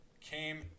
came